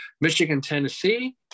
Michigan-Tennessee